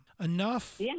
enough